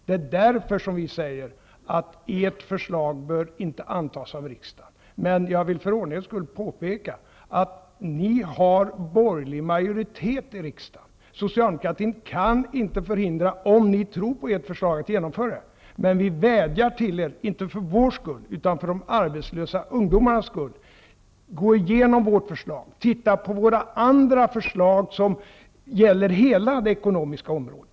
Det är därför som vi säger att ert förslag inte bör antas av riksdagen. För ordningens skull vill jag emellertid påpeka att ni har borgerlig majoritet i riksdagen. Socialdemokratin kan inte förhindra er att genomföra ert förslag, om ni tror på det. Men vi vädjar till er -- inte för vår skull utan för de arbetslösa ungdomarnas skull -- att gå igenom vårt förslag. Studera även våra andra förslag som gäller hela det ekonomiska området.